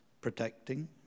protecting